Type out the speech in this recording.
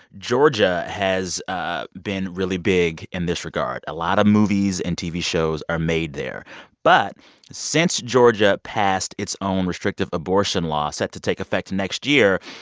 georgia has ah been really big in this regard. a lot of movies and tv shows are made there but since georgia passed its own restrictive abortion law, set to take effect next year,